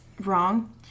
wrong